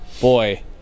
Boy